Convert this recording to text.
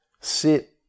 sit